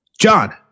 John